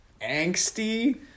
angsty